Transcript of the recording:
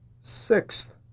Sixth